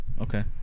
Okay